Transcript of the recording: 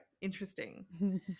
interesting